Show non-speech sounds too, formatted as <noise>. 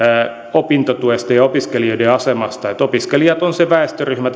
opintotuesta ja opiskelijoiden asemasta että opiskelijat ovat se väestöryhmä <unintelligible>